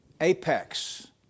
apex